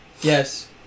Yes